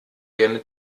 gerne